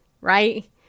Right